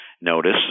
notice